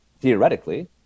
theoretically